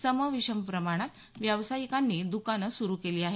सम विषम प्रमाणात व्यावसायिकांनी दुकानं सुरू केली आहेत